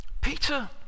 Peter